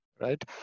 Right